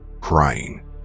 crying